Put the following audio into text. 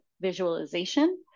visualization